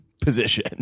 position